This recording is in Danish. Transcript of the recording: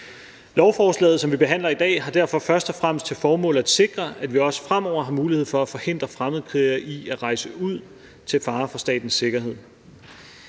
Lovforslaget, som vi behandler i dag, har derfor først og fremmest til formål at sikre, at vi også fremover har mulighed for at forhindre fremmedkrigere i at rejse ud og være til fare for statens sikkerhed.